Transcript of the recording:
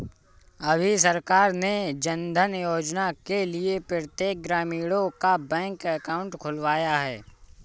अभी सरकार ने जनधन योजना के लिए प्रत्येक ग्रामीणों का बैंक अकाउंट खुलवाया है